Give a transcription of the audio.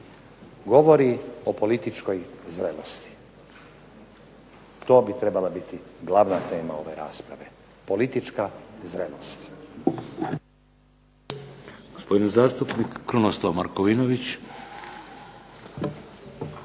govori o političkoj zrelosti. To bi trebala biti glavna tema ove rasprave, politička zrelost.